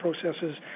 processes